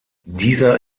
dieser